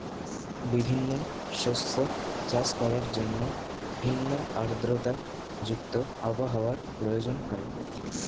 বিভিন্ন শস্য চাষ করার জন্য ভিন্ন আর্দ্রতা যুক্ত আবহাওয়ার প্রয়োজন হয়